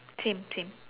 same same